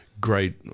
great